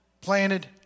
planted